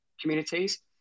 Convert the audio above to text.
communities